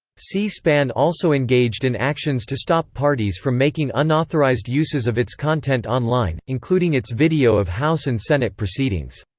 c-span also engaged in actions to stop parties from making unauthorized uses of its content online, including its video of house and senate proceedings.